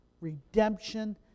redemption